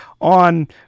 on